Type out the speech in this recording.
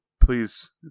please